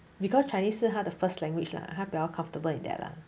because chinese 是他的 the first language lah 他比较 comfortable with that ah